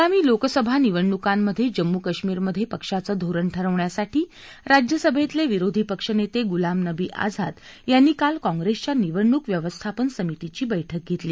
आगामी लोकसभा निवडणूकांमध्ये जम्मू काश्मीरमध्ये पक्षाचं धोरण ठरवण्यासाठी राज्यसभेतले विरोधी पक्षनेते गुलाम नबी आझाद यांनी काल काँग्रेसच्या निवडणूक व्यवस्थापन सभितीची बैठक घेतली